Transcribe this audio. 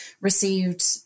received